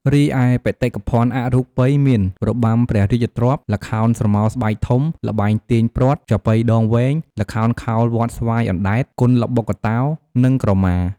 រីឯ បេតិភណ្ឌអរូបីមាន របាំព្រះរាជទ្រព្យ ល្ខោនស្រមោលស្បែកធំ ល្បែងទាញព្រ័ត្រ ចាប៉ីដងវែង ល្ខោនខោលវត្តស្វាយអណ្តែត គុនល្បុក្កតោ និងក្រមា។